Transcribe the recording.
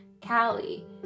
cali